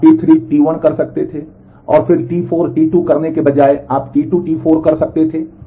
आप T3 T1 कर सकते थे और फिर T4 T2 करने के बजाय आप T2 T4 कर सकते थे